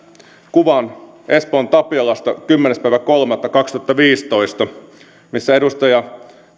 kuvan espoon tapiolasta kymmenes kolmatta kaksituhattaviisitoista missä edustaja